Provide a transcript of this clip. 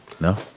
No